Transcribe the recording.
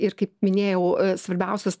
ir kaip minėjau svarbiausias